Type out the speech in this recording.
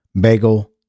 bagel